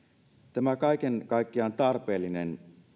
tämä kaiken kaikkiaan tarpeellinen